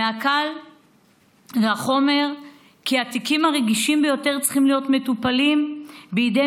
קל וחומר שהתיקים הרגישים ביותר צריכים להיות מטופלים בידי